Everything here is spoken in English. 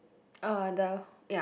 uh the ya